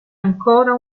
ancora